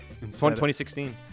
2016